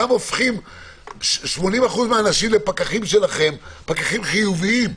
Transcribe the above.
גם הופכים 80% מהאנשים לפקחים חיוביים שלכם,